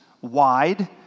wide